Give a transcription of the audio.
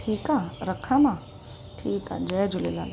ठीकु आहे रखां मां ठीकु आहे जय झूलेलाल